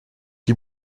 die